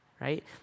right